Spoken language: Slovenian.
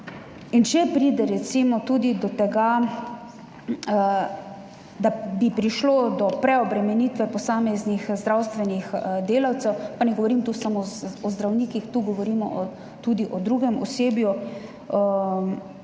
Če pride recimo tudi do tega, da bi prišlo do preobremenitve posameznih zdravstvenih delavcev, pa ne govorim tu samo o zdravnikih, tu govorimo tudi o drugem osebju,